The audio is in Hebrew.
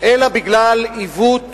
אלא בגלל עיוות